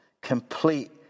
Complete